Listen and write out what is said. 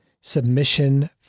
submission